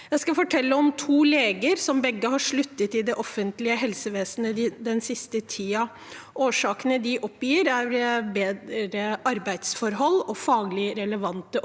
Jeg skal fortelle om to leger som begge har sluttet i det offentlige helsevesenet den siste tiden. Årsakene de oppgir, er arbeidsforhold og faglig relevante